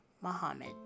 Muhammad